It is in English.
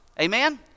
Amen